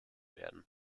werden